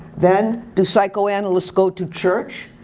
then do psychoanalysts go to church?